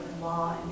law